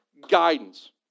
guidance